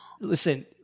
Listen